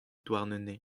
douarnenez